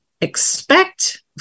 expect